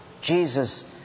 Jesus